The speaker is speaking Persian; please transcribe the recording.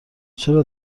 چرا